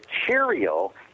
material